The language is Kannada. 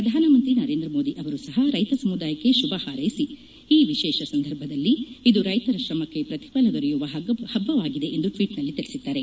ಪ್ರಧಾನ ಮಂತ್ರಿ ನರೇಂದ್ರ ಮೋದಿ ಅವರೂ ಸಹ ರೈತ ಸಮುದಾಯಕ್ಕೆ ಶುಭ ಹಾರ್ೈಸಿ ಈ ವಿಶೇಷ ಸಂದರ್ಭದಲ್ಲಿ ಇದು ರೈತರ ಶ್ರಮಕ್ಕೆ ಪ್ರತಿಫಲ ದೊರೆಯುವ ಹಬ್ಬ ವಾಗಿದೆ ಎಂದು ಟ್ವೀಟ್ನಲ್ಲಿ ತಿಳಿಸಿದ್ದಾರೆ